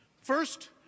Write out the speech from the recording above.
First